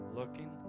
looking